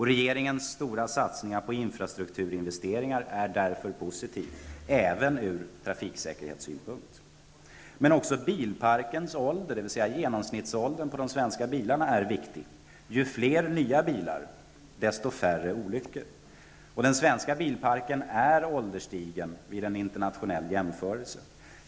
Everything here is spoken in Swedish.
Regeringens stora satsningar på infrastrukturinvesteringar är därför positiva, även ur trafiksäkerhetssynpunkt. Även bilparkens ålder, dvs. genomsnittsåldern på de svenska bilarna, är viktig. Ju fler nya bilar, desto färre olyckor. Den svenska bilparken är ålderstigen vid en internationell jämförelse.